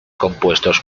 compuestos